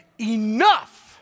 enough